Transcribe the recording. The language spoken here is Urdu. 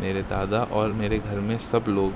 میرے دادا اور میرے گھر میں سب لوگ